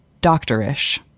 doctor-ish